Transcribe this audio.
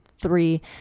three